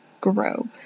grow